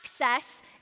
access